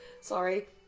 sorry